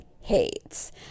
hates